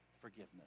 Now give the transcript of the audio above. forgiveness